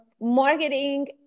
marketing